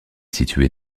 située